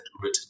written